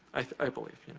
i believe.